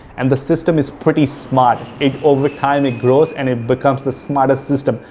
and the system is pretty smart. it over time, it grows and it becomes the smartest system.